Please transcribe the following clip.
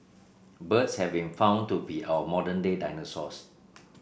birds have been found to be our modern day dinosaurs